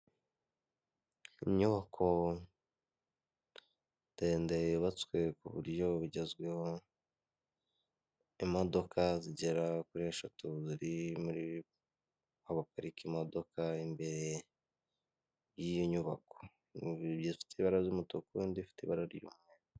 Inyubako ndende yubatswe ku buryo bugezweho. Imodoka zigera kuri eshatu ziri aho baparika imodoka imbere y'iyo nyubako. Ebyiri zifite ibara ry'umutuku, n'indi ifite ibara ry'umuhondo.